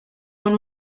con